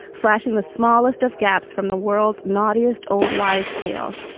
flashing the smallest of gaps from the world's knottiest old wives tales.